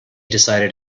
decided